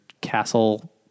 castle